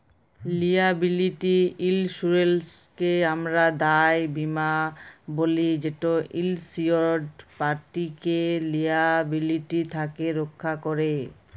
liability ইলসুরেলসকে আমরা দায় বীমা ব্যলি যেট ইলসিওরড পাটিকে লিয়াবিলিটি থ্যাকে রখ্যা ক্যরে